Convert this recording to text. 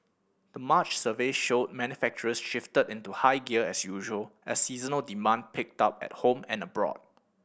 the March survey showed manufacturers shifted into higher gear as usual as seasonal demand picked up at home and abroad